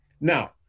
now